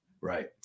Right